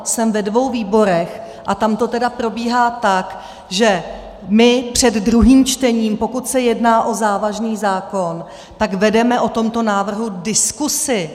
Jsem ve dvou výborech a tam to tedy probíhá tak, že my před druhým čtením, pokud se jedná o závažný zákon, vedeme o tomto návrhu diskusi.